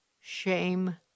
shame